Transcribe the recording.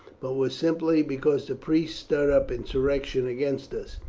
but was simply because the priests stirred up insurrection against us.